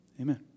Amen